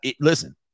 listen